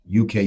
UK